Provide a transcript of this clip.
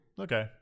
Okay